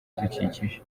ibidukikije